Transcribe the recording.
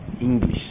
English